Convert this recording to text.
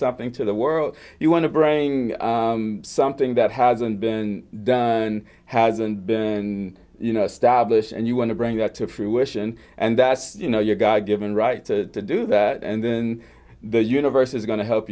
something to the world you want to bring something that hasn't been done and hasn't been you know established and you want to bring that to fruition and that's you know your god given right to do that and then the universe is going to help